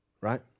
right